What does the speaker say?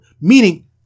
meaning